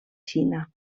xina